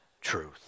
truth